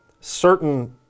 certain